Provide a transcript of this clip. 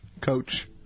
Coach